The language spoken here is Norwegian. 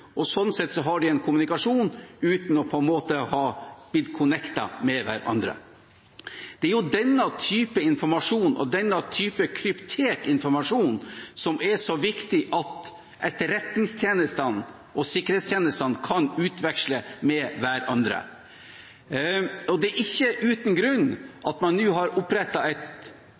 og lese meldingen som skulle ha gått ut. Sånn sett har de en kommunikasjon uten å ha blitt «connectet» med hverandre. Det er denne typen informasjon og denne typen kryptert informasjon som det er så viktig at etterretningstjenestene og sikkerhetstjenestene kan utveksle med hverandre. Det er ikke uten grunn at man nå har opprettet et